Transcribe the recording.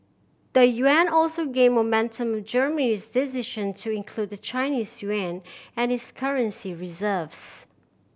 the yuan also gained momentum on Germany's decision to include the Chinese yuan in its currency reserves